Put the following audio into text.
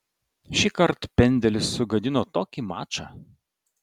šįkart pendelis sugadino tokį mačą